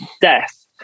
death